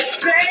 baby